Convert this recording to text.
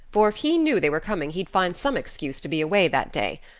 for if he knew they were coming he'd find some excuse to be away that day.